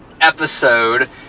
episode